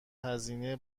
هزینه